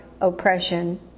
oppression